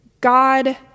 God